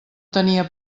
tenia